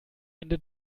ende